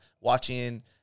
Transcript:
watching